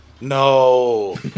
No